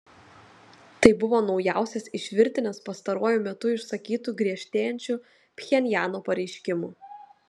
tai buvo naujausias iš virtinės pastaruoju metu išsakytų griežtėjančių pchenjano pareiškimų